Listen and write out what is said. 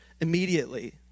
immediately